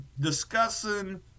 discussing